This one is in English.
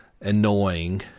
annoying